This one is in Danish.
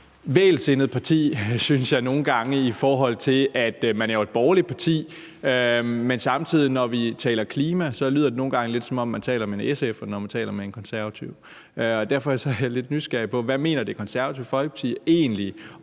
vægelsindet parti nogle gange, synes jeg, i forhold til at man jo er et borgerligt parti. Når vi taler klima, lyder det nogle gange, som om man taler med en SF'er, når man taler med en konservativ. Derfor er jeg lidt nysgerrig på, hvad Det Konservative Folkeparti egentlig